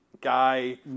guy